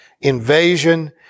invasion